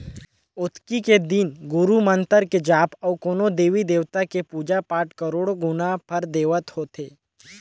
अक्ती के दिन गुरू मंतर के जाप अउ कोनो देवी देवता के पुजा पाठ करोड़ो गुना फर देवइया होथे